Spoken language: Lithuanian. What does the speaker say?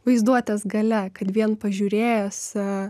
vaizduotės galia kad vien pažiūrėjęs